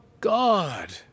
God